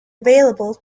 available